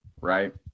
right